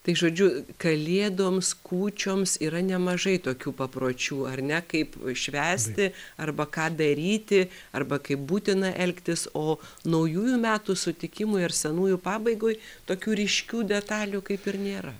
tai žodžiu kalėdoms kūčioms yra nemažai tokių papročių ar ne kaip švęsti arba ką daryti arba kaip būtina elgtis o naujųjų metų sutikimui ar senųjų pabaigoj tokių ryškių detalių kaip ir nėra